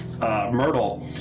Myrtle